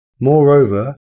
Moreover